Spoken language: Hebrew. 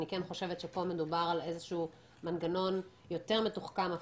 אני כן חושבת שפה מדובר על מנגנון יותר מתוחכם,